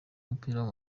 mupira